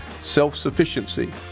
self-sufficiency